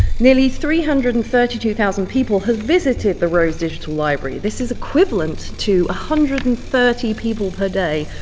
nearly three hundred and thirty two thousand people have visited the rose digital library. this is equivalent to one hundred and thirty people per day,